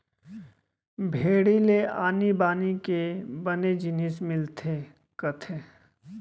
भेड़ी ले आनी बानी के बने जिनिस मिलथे कथें